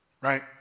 right